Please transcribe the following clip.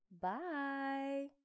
Bye